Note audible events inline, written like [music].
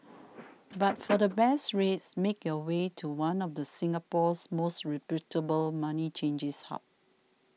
[noise] but for the best rates make your way to one of the Singapore's most reputable money changing hubs